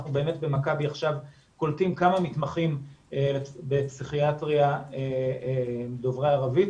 אנחנו במכבי עכשיו קולטים כמה מתמחים בפסיכיאטריה דוברי ערבית